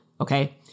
okay